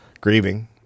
grieving